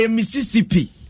Mississippi